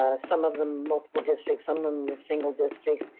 ah some of them multiple districts, some of them were single districts.